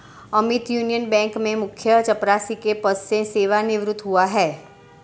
Amit Union Bank में मुख्य चपरासी के पद से सेवानिवृत हुआ है